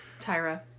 Tyra